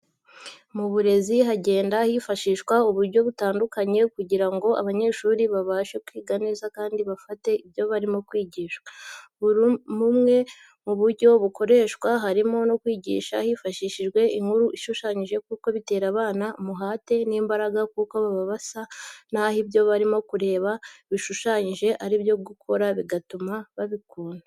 Mu burezi hagenda hifashishwa uburyo butandukanye kugira ngo abanyeshuri babashe kwiga neza kandi bafate ibyo barimo kwigishwa. Bumwe mu buryo bukoreshwa harimo no kwigisha hifashishijwe inkuru ishushanyije kuko bitera abana umuhati n'imbaraga kuko baba basa naho ibyo barimo kureba bishushanyije ari byo koko bigatuma babikunda.